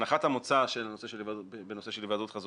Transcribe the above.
הנחת המוצא בנושא של היוועדות חזותית,